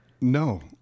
No